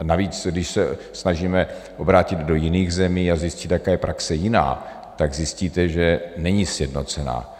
A navíc, když se snažíme obrátit do jiných zemí a zjistit, jaká je praxe jiná, tak zjistíte, že není sjednocená.